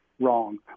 wrong